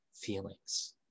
feelings